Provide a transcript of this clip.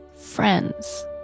friends